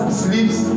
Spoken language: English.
sleeps